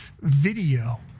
video